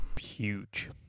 Huge